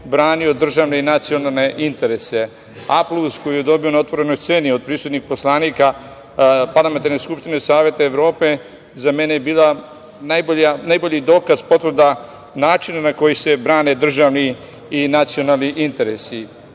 branio državne i nacionalne interese. Aplauz koji je dobio na otvorenoj sceni od prisutnih poslanika parlamentarne Skupštine Saveta Evrope za mene je bio najbolji dokaz, potvrda, način na koji se brane državni i nacionalni interesi. Ono